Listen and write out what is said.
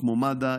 מד"א,